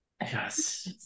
Yes